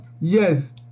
Yes